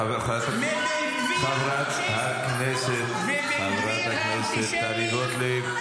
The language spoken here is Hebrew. חברת הכנסת, חברת הכנסת טלי גוטליב.